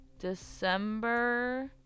December